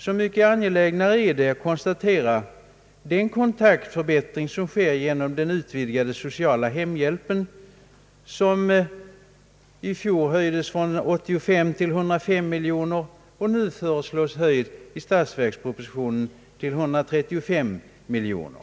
Så mycket angelägnare är det att konstatera den kontaktförbättring som sker genom den utvidgade sociala hemhjälpen. I fjol höjdes den från 85 till 105 miljoner och i årets statsverksproposition föreslås den höjd till 135 miljoner.